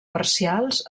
parcials